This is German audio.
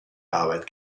arbeit